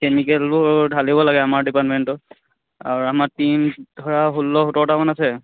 কেমিকেলবোৰ ঢালিব লাগে আমাৰ ডিপাৰ্টমেণ্টত আৰু আমাৰ টীম ধৰা ষোল্ল সোতৰটামান আছে